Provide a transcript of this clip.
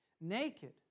Naked